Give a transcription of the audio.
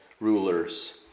rulers